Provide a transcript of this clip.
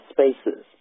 Spaces